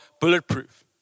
bulletproof